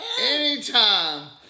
anytime